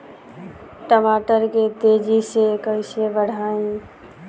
टमाटर के तेजी से कइसे बढ़ाई?